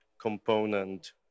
component